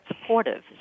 supportive